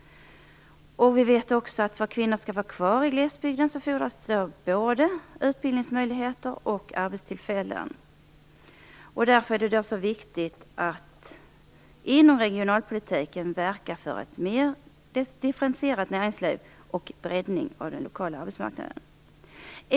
Vi vet också att det för att kvinnor skall stanna kvar i glesbygden fordras både utbildningsmöjligheter och arbetstillfällen. Därför är det så viktigt att man inom regionalpolitiken verkar för ett mer decentraliserat näringsliv och en breddning av den lokala arbetsmarknaden.